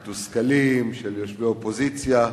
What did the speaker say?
המתוסכלים, של יושבי האופוזיציה.